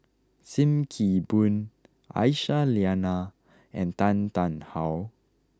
Sim Kee Boon Aisyah Lyana and Tan Tarn How